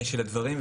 של הדברים.